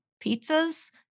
pizzas